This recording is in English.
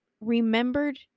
remembered